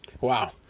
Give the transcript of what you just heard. Wow